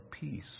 peace